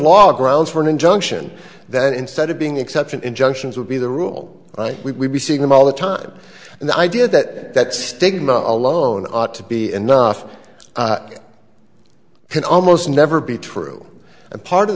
law grounds for an injunction that instead of being exception injunctions would be the rule we see them all the time and the idea that stigma alone ought to be enough can almost never be true and part of